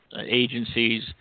agencies